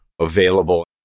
available